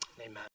Amen